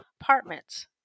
apartments